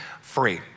free